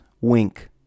Wink